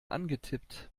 angetippt